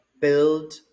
build